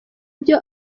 byo